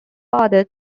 father